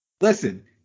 listen